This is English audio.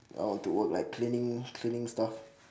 I want to work like cleaning cleaning stuff